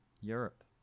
Europe